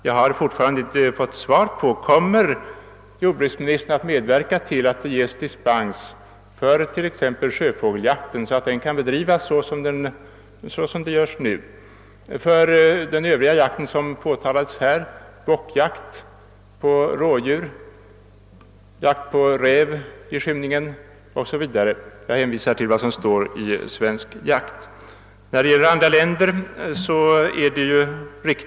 Jag har fortfarande inte fått svar på min fråga om jordbruksministern kommer att medverka till att dispens ges för t.ex. sjöfågeljakten så att den kan bedrivas på samma sätt som nu. För den övriga jakt som påtalats, bockjakt på rådjur, jakt på räv i skymningen o. s. v., hänvisar jag till vad som står i Svensk Jakt.